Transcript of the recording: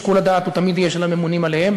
שיקול הדעת תמיד יהיה של הממונים עליהם,